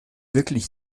wirklich